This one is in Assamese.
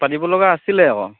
পাতিব লগা আছিলে আকৌ